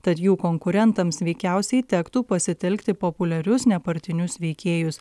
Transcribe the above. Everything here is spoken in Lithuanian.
tad jų konkurentams veikiausiai tektų pasitelkti populiarius nepartinius veikėjus